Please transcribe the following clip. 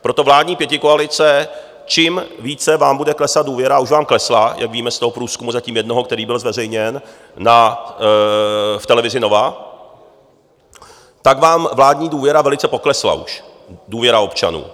Proto vládní pětikoalice, čím více vám bude klesat důvěra, a už vám klesla, jak víme z toho průzkumu, zatím jednoho, který byl zveřejněn v televizi Nova, tak vám vládní důvěra už velice poklesla, důvěra občanů.